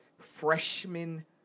Freshman